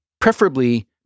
preferably